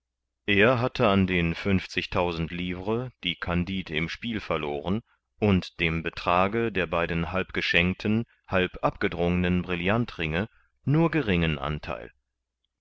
er hatte an den livres die kandid im spiel verloren und dem betrage der beiden halb geschenkten halb abgedrungenen brillantringe nur geringen antheil